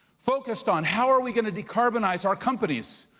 focused on how are we gonna decarbonized our companies?